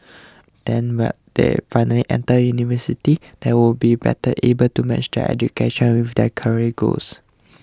then when they finally enter university they would be better able to match their education with their career goals